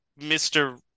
Mr